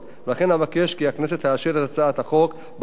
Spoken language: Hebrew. ולכן אבקש כי הכנסת תאשר את הצעת החוק בקריאה